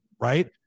right